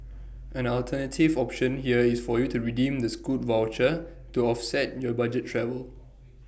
an alternative option here is for you to redeem the scoot voucher to offset your budget travel